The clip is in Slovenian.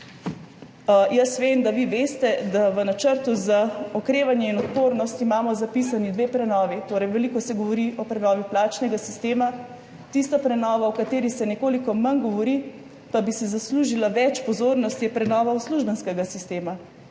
Vem, da vi veste, da imamo v Načrtu za okrevanje in odpornost zapisani dve prenovi. Veliko se govori o prenovi plačnega sistema, tista prenova, o kateri se nekoliko manj govori, pa bi si zaslužila več pozornosti, je prenova uslužbenskega sistema.